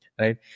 right